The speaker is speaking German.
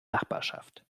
nachbarschaft